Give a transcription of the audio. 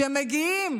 אנטי-ציונית.